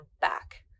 back